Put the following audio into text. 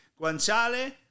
guanciale